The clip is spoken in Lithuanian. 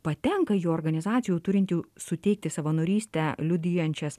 patenka į organizacijų turinčių suteikti savanorystę liudijančias